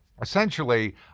essentially